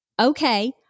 Okay